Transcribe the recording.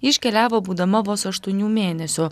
ji iškeliavo būdama vos aštuonių mėnesių